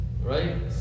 right